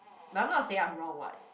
but I'm not saying I'm wrong [what]